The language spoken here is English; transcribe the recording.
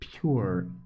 pure